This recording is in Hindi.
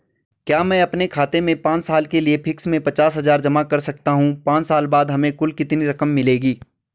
क्या मैं अपने खाते में पांच साल के लिए फिक्स में पचास हज़ार जमा कर सकता हूँ पांच साल बाद हमें कुल कितनी रकम मिलेगी?